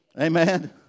Amen